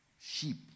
sheep